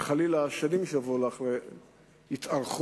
וחלילה השנים שיבואו לאחריו יתארכו,